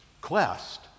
quest